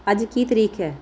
ਅੱਜ ਕੀ ਤਾਰੀਖ ਹੈ